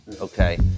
okay